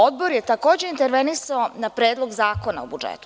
Odbor je, takođe, intervenisao na Predlog zakona o budžetu.